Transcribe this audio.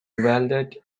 welded